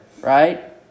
right